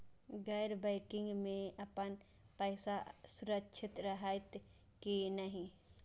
गैर बैकिंग में अपन पैसा सुरक्षित रहैत कि नहिं?